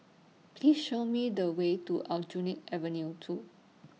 Please Show Me The Way to Aljunied Avenue two